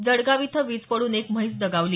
जडगाव इथं वीड पडून एक म्हैस दगावली